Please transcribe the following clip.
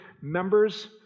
members